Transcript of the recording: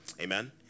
Amen